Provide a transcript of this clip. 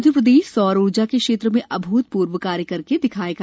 मध्यप्रदेश सौर ऊर्जा के क्षेत्र में अभूतपूर्व कार्य करके दिखायेगा